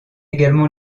également